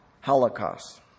Holocaust